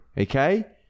okay